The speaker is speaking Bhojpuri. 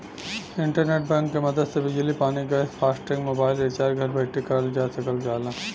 इंटरनेट बैंक क मदद से बिजली पानी गैस फास्टैग मोबाइल रिचार्ज घर बैठे करल जा सकल जाला